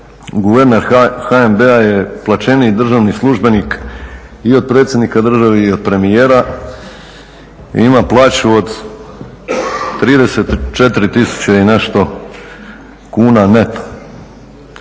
guverner HNB-a je plaćeniji državni službenik i od predsjednika države i od premijera, i ima plaću od 34 tisuće i nešto kuna neto.